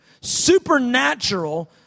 supernatural